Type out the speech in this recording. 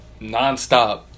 nonstop